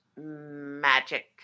magic